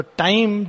time